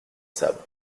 sabre